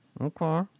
okay